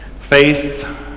faith